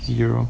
zero